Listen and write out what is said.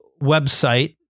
website